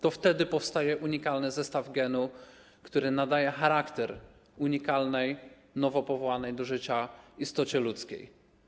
To wtedy powstaje unikalny zestaw genu, który nadaje charakter unikalnej, nowo powołanej do życia istocie ludzkiej.